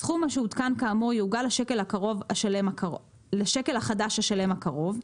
סכום אשר עודכן כאמור יעוגל לשקל החדש השלם הקרוב,